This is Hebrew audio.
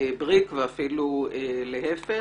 בריק ואפילו להיפך.